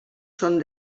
són